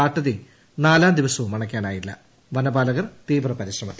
കാട്ടുതീ നാലാം ദിവസവും അണയ്ക്കാനായില്ല വനപാലകർ തീവ്രപരിശ്രമത്തിൽ